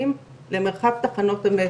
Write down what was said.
כן.